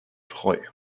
treu